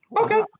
Okay